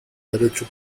derecho